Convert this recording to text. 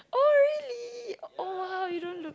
oh really oh !wow! you don't look